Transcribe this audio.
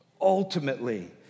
ultimately